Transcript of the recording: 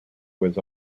was